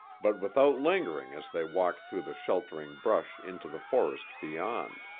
but without lingering as they walked through the sheltering brush into the forest beyond.